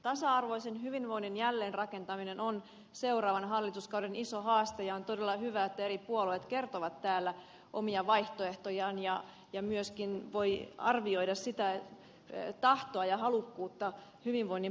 tasa arvoisen hyvinvoinnin jälleenrakentaminen on seuraavan hallituskauden iso haaste ja on todella hyvä että eri puolueet kertovat täällä omia vaihtoehtojaan ja myöskin voi arvioida tahtoa ja halukkuutta hyvinvoinnin parantamiseen